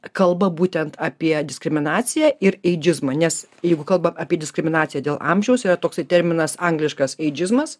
kalba būtent apie diskriminaciją ir eidžizmą nes jeigu kalbam apie diskriminaciją dėl amžiaus yra toks terminas angliškas eidžizmas